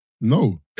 No